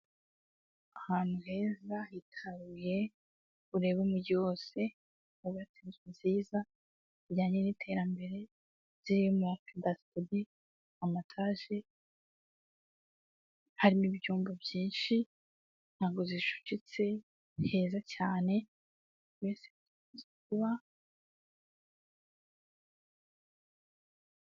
Ahantu heza hitaruye ureba umujyi wose, hubatse inzu nziza bijyanye n'iterambere, zirimo kadasiteri, amataje, harimo ibyumba byinshi, ntago zicucitse, ni heza cyane.